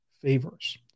Favors